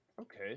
Okay